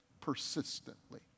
persistently